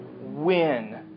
win